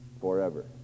forever